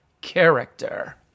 character